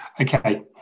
okay